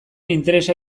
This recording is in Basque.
interesa